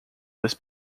this